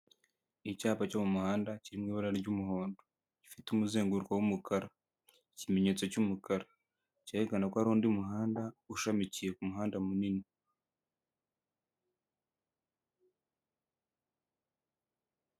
Icyapa cyo mu muhanda kiri mu ibara ry'umuhondo, gifite umuzenguruko w'umukara, ikimenyetso cy'umukara cyerekana ko hari undi muhanda ushamikiye ku muhanda munini.